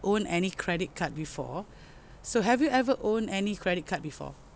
own any credit card before so have you ever own any credit card before